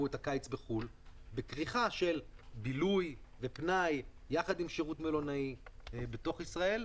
את הקיץ בחו"ל בכריכה של בילוי ופנאי יחד עם שירות מלונאי בתוך ישראל.